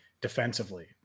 defensively